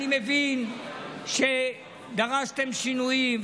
אני מבין שדרשתם שינויים,